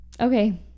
okay